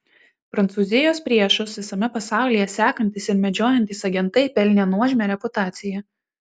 prancūzijos priešus visame pasaulyje sekantys ir medžiojantys agentai pelnė nuožmią reputaciją